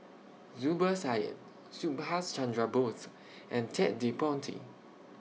Zubir Said Subhas Chandra Bose and Ted De Ponti